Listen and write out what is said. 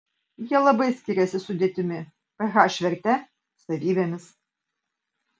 jie labai skiriasi sudėtimi ph verte savybėmis